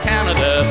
Canada